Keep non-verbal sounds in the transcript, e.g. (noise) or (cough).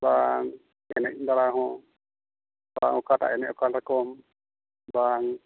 ᱵᱟᱝ (unintelligible) ᱮᱱᱮᱡ ᱵᱟᱲᱟ ᱦᱚᱸ ᱵᱟᱝ ᱚᱠᱟᱴᱟᱜ ᱮᱱᱮᱡ ᱚᱠᱟᱨᱚᱠᱚᱢ ᱵᱟᱝ